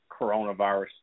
coronavirus